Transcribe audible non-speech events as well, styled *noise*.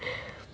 *breath*